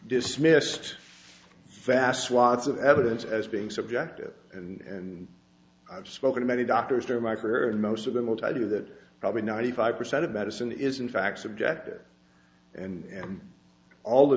dismissed fast lots of evidence as being subjective and i've spoken to many doctors there in my career and most of them will tell you that probably ninety five percent of medicine is in fact subjective and all the